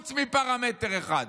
חוץ מפרמטר אחד: